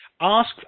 Ask